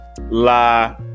La